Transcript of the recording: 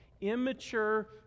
immature